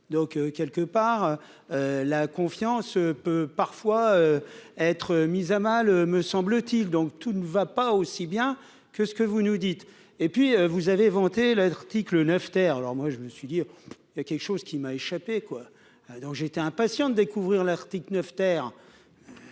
donc quelque part, la confiance peut parfois être mise à mal, me semble-t-il, donc tout ne va pas aussi bien que ce que vous nous dites, et puis vous avez inventé l'article 9 terre alors moi je me suis dit il y a quelque chose qui m'a échappé, quoi, donc j'étais impatient de découvrir l'article 9 terre.